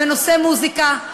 בנושא מוזיקה,